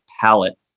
palette